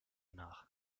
nach